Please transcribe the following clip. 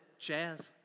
Chaz